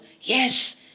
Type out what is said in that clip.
Yes